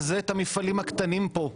וזה את המפעלים הקטנים פה.